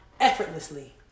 effortlessly